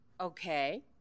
Okay